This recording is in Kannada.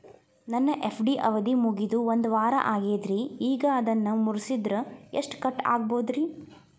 ನನ್ನ ಎಫ್.ಡಿ ಅವಧಿ ಮುಗಿದು ಒಂದವಾರ ಆಗೇದ್ರಿ ಈಗ ಅದನ್ನ ಮುರಿಸಿದ್ರ ಎಷ್ಟ ಕಟ್ ಆಗ್ಬೋದ್ರಿ?